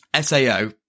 Sao